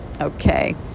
okay